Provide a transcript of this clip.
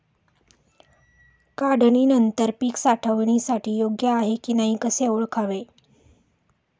काढणी नंतर पीक साठवणीसाठी योग्य आहे की नाही कसे ओळखावे?